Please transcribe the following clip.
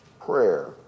prayer